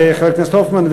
חבר הכנסת הופמן,